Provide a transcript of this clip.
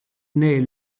naît